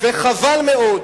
חבל מאוד